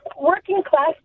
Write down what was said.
working-class